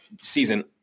season